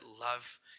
love